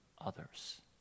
others